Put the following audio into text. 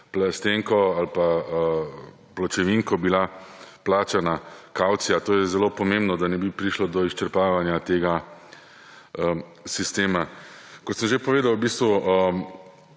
plastenko ali pločevinko bila plačan kavcija. To je zelo pomembno, da ne bi prišlo do izčrpavanja tega sistema. Kot sem že povedal, v bistvu